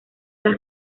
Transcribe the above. las